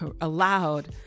allowed